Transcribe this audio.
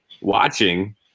watching